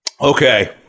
Okay